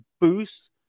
boost